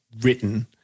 written